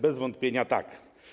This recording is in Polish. Bez wątpienia tak.